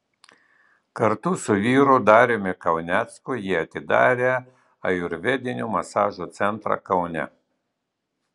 kartu su vyru dariumi kaunecku ji atidarė ajurvedinių masažų centrą kaune